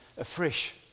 afresh